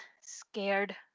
scared